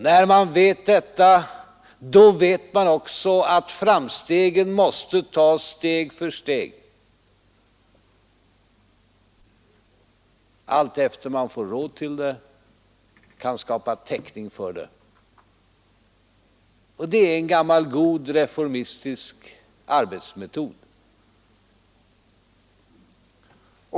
När man vet detta, då vet man också att framstegen måste tas steg för steg, allteftersom man får råd till dem och kan skapa täckning för dem. Det är en gammal god reformistisk arbetsmetod.